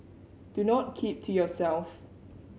do not keep to yourself